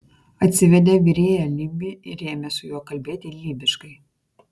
atsivedė virėją lybį ir ėmė su juo kalbėti lybiškai